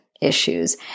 Issues